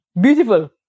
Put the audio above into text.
beautiful